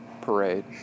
parade